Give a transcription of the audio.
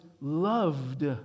loved